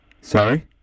Sorry